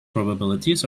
probabilities